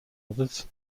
others